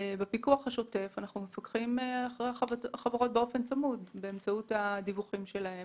אנחנו מפקחים אחרי החברות באופן צמוד באמצעות הדיווחים שלהם,